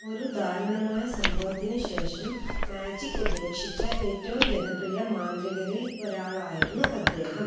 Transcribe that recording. ഒരു ദാരുണമായ സംഭവത്തിന് ശേഷം മാജിക് ഉപേക്ഷിച്ച ഏറ്റവും ജനപ്രിയ മാന്ത്രികരിൽ ഒരാളായിരുന്നു അദ്ദേഹം